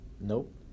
Nope